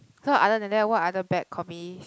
so other than that what other bad combis